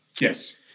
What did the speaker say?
Yes